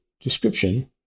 description